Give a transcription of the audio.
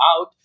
out